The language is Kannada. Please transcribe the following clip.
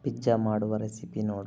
ಪಿಜ್ಜಾ ಮಾಡುವ ರೆಸಿಪಿ ನೋಡು